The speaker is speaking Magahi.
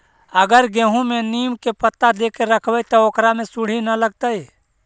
अगर गेहूं में नीम के पता देके यखबै त ओकरा में सुढि न लगतै का?